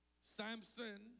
Samson